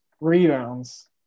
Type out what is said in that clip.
rebounds